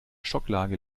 schocklage